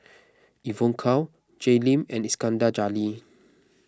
Evon Kow Jay Lim and Iskandar Jalil